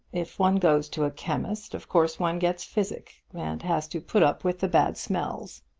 if one goes to a chemist, of course one gets physic, and has to put up with the bad smells.